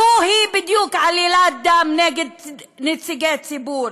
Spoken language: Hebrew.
זוהי בדיוק עלילת דם נגד נציגי ציבור.